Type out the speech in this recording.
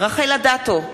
רחל אדטו,